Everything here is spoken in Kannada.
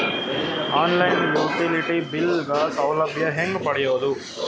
ಆನ್ ಲೈನ್ ಯುಟಿಲಿಟಿ ಬಿಲ್ ಗ ಸೌಲಭ್ಯ ಹೇಂಗ ಪಡೆಯೋದು?